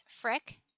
frick